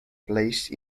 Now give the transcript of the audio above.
placed